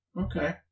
Okay